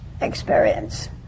experience